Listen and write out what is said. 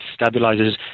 stabilizes